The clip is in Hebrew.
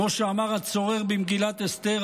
כמו שאמר הצורר במגילת אסתר,